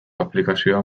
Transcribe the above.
aplikazioa